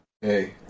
Hey